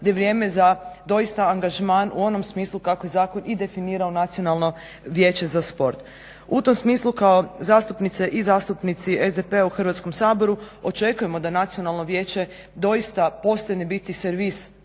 da je vrijeme za doista angažman u onom smislu kako je zakon i definirao Nacionalno vijeće za sport. U tom smislu kao zastupnice i zastupnici SDP-a u Hrvatskom saboru očekujemo da nacionalno vijeće dosta postane biti servis